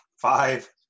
five